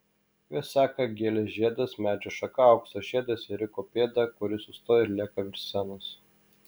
juos seka gėlės žiedas medžio šaka aukso žiedas ėriuko pėda kuri sustoja ir lieka virš scenos